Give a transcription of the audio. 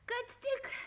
kad tik